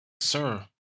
Sir